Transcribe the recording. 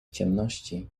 ciemności